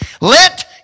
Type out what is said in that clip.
let